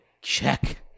check